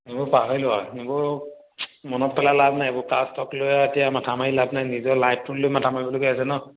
সেইবোৰ পাহৰিলোঁ আৰু সেইবোৰ মনত পেলাই লাভ নাই এইবোৰ পাষ্টক লৈ এতিয়া মাথা মাৰি লাভ নাই নিজৰ লাইফটোক লৈ মাথা মাৰিবলগীয়া হৈছে ন